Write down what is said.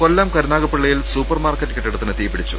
കൊല്ലം കരുനാഗപ്പള്ളിയിൽ സൂപ്പർമാർക്കറ്റ് ്കെട്ടിടത്തിന് തീപിടിച്ചു